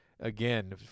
again